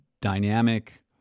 dynamic